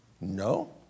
No